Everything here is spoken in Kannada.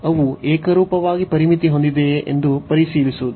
ಅವು ಏಕರೂಪವಾಗಿ ಪರಿಮಿತಿ ಹೊಂದಿದೆಯೆ ಎಂದು ಪರಿಶೀಲಿಸುವುದು